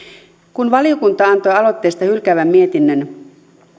kun valiokunta antoi aloitteesta hylkäävän mietinnön